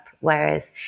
Whereas